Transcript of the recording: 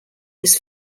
his